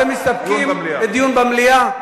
אתם מסתפקים בדיון במליאה?